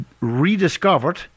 rediscovered